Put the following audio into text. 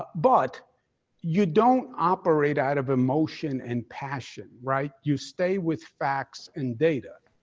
but you don't operate out of emotion and passion, right? you stay with facts and data.